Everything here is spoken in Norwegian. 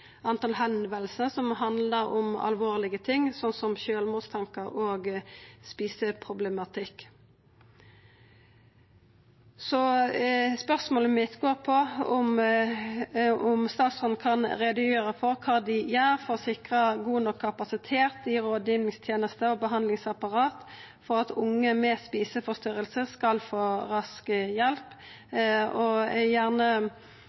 på dei som tar kontakt, og der det handlar om alvorlege ting, som sjølvmordstankar og eteproblematikk. Spørsmålet mitt går på om statsråden kan gjera greie for kva dei gjer for å sikra god nok kapasitet i rådgivingstenesta og behandlingsapparatet for at unge med eteforstyrringar skal få rask hjelp. Eg